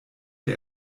dir